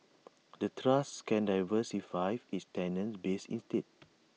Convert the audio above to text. the trust can diversify its tenant base instead